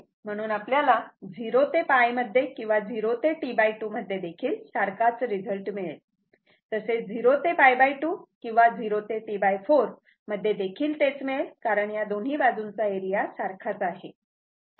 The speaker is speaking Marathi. म्हणून आपल्याला 0 ते π मध्ये किंवा 0 ते T2 मध्ये देखील सारखाच रिझल्ट मिळेल तसेच 0 ते π 2 किंवा 0 ते T4 मध्ये देखील तेच मिळेल कारण या दोन्ही बाजूंचा एरिया सारखाच आहे